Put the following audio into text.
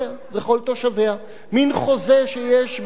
מין חוזה שיש בין הטריטוריה והאזרחים.